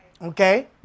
okay